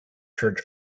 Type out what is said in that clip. church